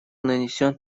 нанесен